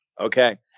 Okay